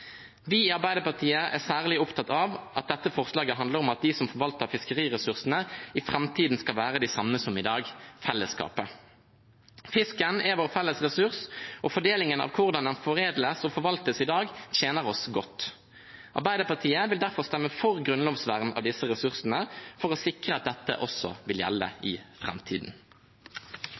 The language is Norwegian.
Vi i Arbeiderpartiet er særlig opptatt av at dette forslaget handler om at de som forvalter fiskeressursene, i framtiden skal være de samme som i dag: fellesskapet. Fisken er vår felles ressurs, og fordelingen av hvordan den foredles og forvaltes i dag, tjener oss godt. Arbeiderpartiet vil derfor stemme for grunnlovsvern av disse ressursene for å sikre at dette også vil gjelde i framtiden.